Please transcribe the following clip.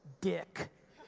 Dick